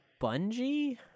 Bungie